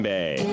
Bay